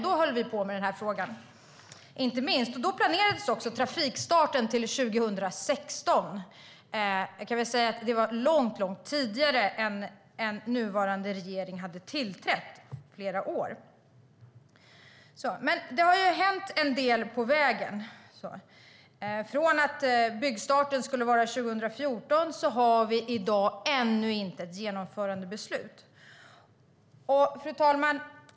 Då höll vi på inte minst med den här frågan, och trafikstarten planerades till 2016. Jag kan väl säga att det var långt innan den nuvarande regeringen hade tillträtt. Det har hänt en del på vägen. Från att byggstarten skulle vara 2014 har vi i dag ännu inget genomförandebeslut.